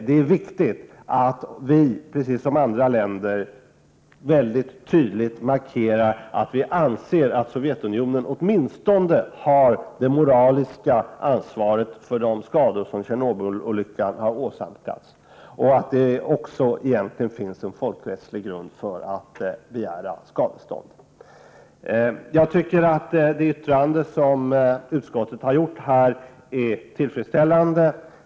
Det är viktigt att vi, precis som man gör i andra länder, mycket tydligt markerar att vi anser att Sovjetunionen åtminstone har det moraliska ansvaret för de skador som Tjernobylolyckan har åsamkat och att det egentligen även finns en folkrättslig grund för att begära skadestånd. Jag tycker att det yttrande som utskottet har gjort är tillfredsställande.